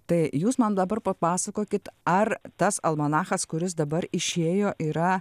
tai jūs man dabar papasakokit ar tas almanachas kuris dabar išėjo yra